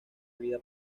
vida